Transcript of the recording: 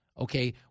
okay